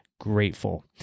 grateful